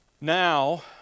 Now